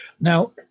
now